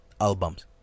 albums